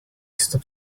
stop